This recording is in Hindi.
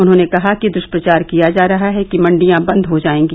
उन्होंने कहा कि दुष्प्रचार किया जा रहा है कि मंडियां बंद हो जाएगी